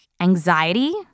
anxiety